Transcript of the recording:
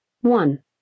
one